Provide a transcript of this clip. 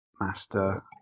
Master